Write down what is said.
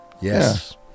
Yes